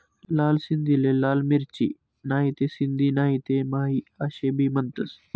लाल सिंधीले लाल मिरची, नहीते सिंधी नहीते माही आशे भी म्हनतंस